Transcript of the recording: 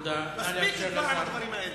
מספיק עם הדברים האלה.